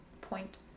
point